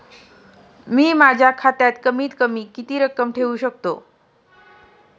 मी माझ्या खात्यात कमीत कमी किती रक्कम ठेऊ शकतो?